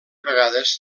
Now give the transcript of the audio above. vegades